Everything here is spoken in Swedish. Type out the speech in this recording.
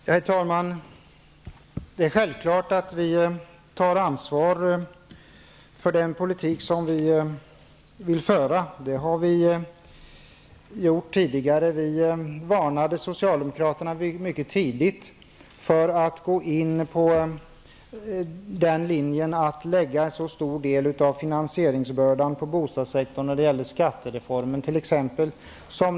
Herr talman! Det är självklart att vi tar ansvar för den politik som vi vill föra. Det har vi gjort tidigare. Vi varnade t.ex. mycket tidigt socialdemokraterna för att lägga en så stor del av finansieringsbördan av skattereformen på bostadssektorn.